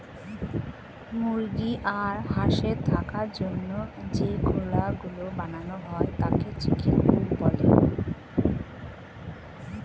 মুরগি আর হাঁসের থাকার জন্য যে খোলা গুলো বানানো হয় তাকে চিকেন কূপ বলে